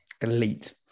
Elite